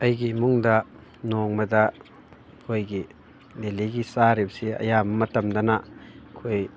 ꯑꯩꯒꯤ ꯏꯃꯨꯡꯗ ꯅꯣꯡꯃꯗ ꯑꯩꯈꯣꯏꯒꯤ ꯗꯦꯂꯤꯒꯤ ꯆꯥꯔꯤꯕꯁꯤ ꯑꯌꯥꯝꯕ ꯃꯇꯝꯗꯅ ꯑꯩꯈꯣꯏ